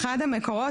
אחד המקורות,